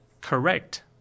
correct